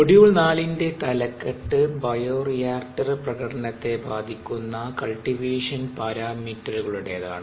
module 4 ന്റെ തലക്കെട്ട് bioreactor പ്രകടനത്തെ ബാധിക്കുന്ന കൾടിവേഷൻ പാരാമീറ്ററുകളുടേതാണ്